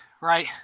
right